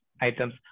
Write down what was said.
items